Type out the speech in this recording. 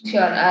Sure